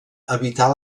habitar